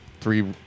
three